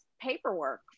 paperwork